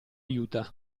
aiuta